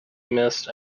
missed